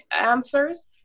answers